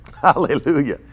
Hallelujah